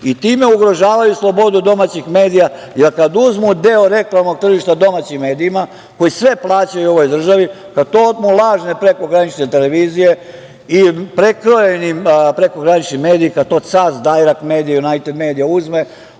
i time ugrožavaju slobodu domaćih medija, jer kada uzmu deo reklamnog tržišta domaćim medijima, koji sve plaćaju ovoj državi, kada to otmu lažne prekogranične televizije, i prekrojeni prekogranični mediji kada to Cas, Dajrakt medija, uzme,